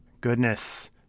goodness